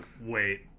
wait